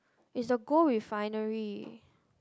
is the gold refinery